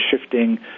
shifting